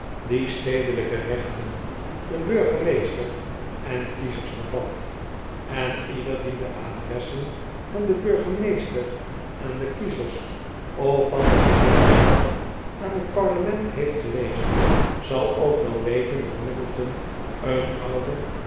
die stedelijke rechten een burgemeester en kiezers bezit en ieder die de adressen van den burgemeester aan de kiezers of van de geheele stad aan het parlenient heeft gelezen zal ook wel weten dat muggleton een oude